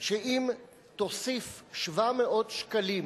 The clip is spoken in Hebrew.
שאם תוסיף 700 שקלים